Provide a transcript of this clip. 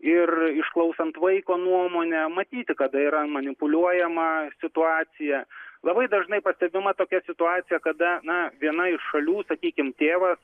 ir išklausant vaiko nuomonę matyti kada yra manipuliuojama situacija labai dažnai pastebima tokia situacija kada na viena iš šalių sakykim tėvas